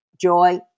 joy